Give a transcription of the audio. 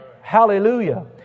Hallelujah